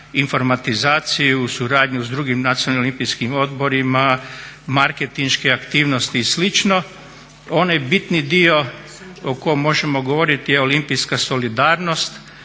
informatizaciju i suradnju s drugim nacionalnim olimpijskim odborima, marketinške aktivnosti i slično, onaj bitni dio o kojem možemo govoriti je olimpijska solidarnost.